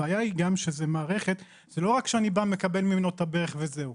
הבעיה היא גם שזה לא רק שאני בא ומקבל ממנו את הברך וזהו.